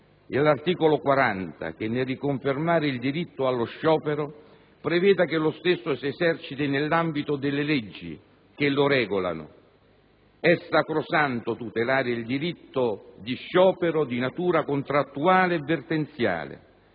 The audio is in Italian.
all'articolo 40 che, nel riconfermare il diritto allo sciopero, prevede che lo stesso si eserciti nell'ambito delle leggi che lo regolano. È sacrosanto tutelare il diritto di sciopero di natura contrattuale e vertenziale;